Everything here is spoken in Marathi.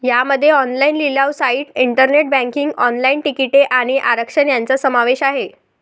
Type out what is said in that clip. यामध्ये ऑनलाइन लिलाव साइट, इंटरनेट बँकिंग, ऑनलाइन तिकिटे आणि आरक्षण यांचा समावेश आहे